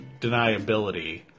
deniability